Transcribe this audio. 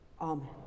Amen